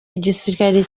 igisirikare